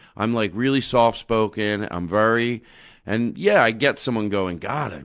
i'm like really soft-spoken. i'm very and, yeah, i get someone going, god, and